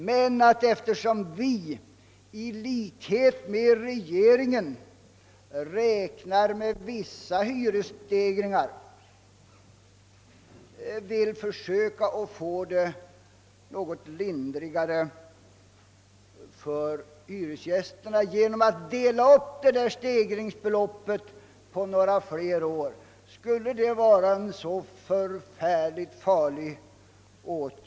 Men då vi, i likhet med regeringen, räknar med vissa hyresstegringar vill vi försöka göra det något lindrigare för hyresgästerna genom att dela upp stegringsbeloppen på ett större antal år. Skulle detta vara så förfärligt farligt?